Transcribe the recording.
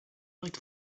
like